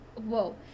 whoa